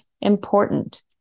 important